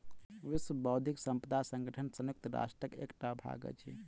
विश्व बौद्धिक संपदा संगठन संयुक्त राष्ट्रक एकटा भाग अछि